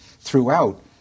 throughout